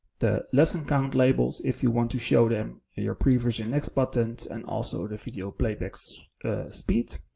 the lesson count labels, if you want to show them your pre version next buttons, and also to video playbacks speeds.